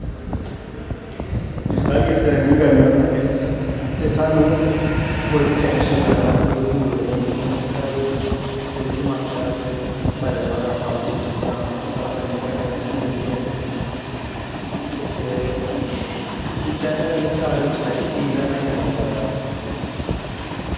जिसलै बी अस रनिंग करने होन्ने ते सानूं कोई बी टैंशन बगैरा होंदी ऐ ओह् दूर होई जंदी ऐ क्योंकि साढ़े जो बी दमाके च भरे दा होंदा फालतू चीजां ओह् सब रनिंग करने कन्नै निकली जंदियां ते जिस टैम में रनिंग स्टार्ट उसलै कीती ही जिसलै में निक्का होंदा रेहा